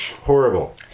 Horrible